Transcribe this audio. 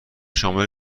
شامل